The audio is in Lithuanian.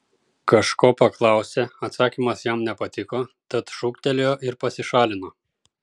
kažko paklausė atsakymas jam nepatiko tad šūktelėjo ir pasišalino